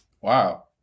Wow